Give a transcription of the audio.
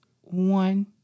one